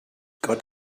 got